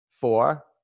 four